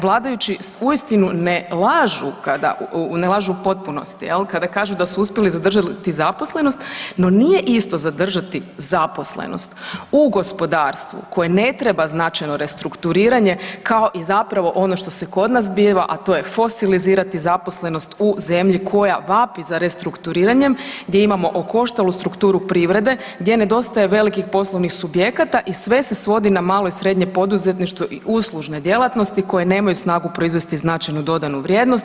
Vladajući uistinu ne lažu, ne lažu u potpunosti kada kažu da su uspjeli zadržati zaposlenost no nije isto zadržati zaposlenost u gospodarstvu koje ne treba značajno restrukturiranje kao i zapravo ono što se kod nas zbiva, a to je fosilizirati zaposlenost u zemlji koja vapi za restrukturiranjem gdje imamo okoštalu strukturu privede, gdje nedostaje velikih poslovnih subjekata i sve se svodi na malo i srednje poduzetništvo i uslužne djelatnosti koje nemaju snagu proizvesti značajnu dodatnu vrijednost.